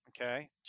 Okay